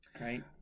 right